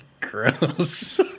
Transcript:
gross